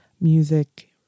music